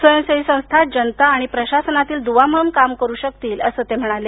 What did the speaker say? स्वयंसेवे संस्था जनता आणि प्रशासनातील दुवा म्हणून काम करू शकतील असं ते म्हणाले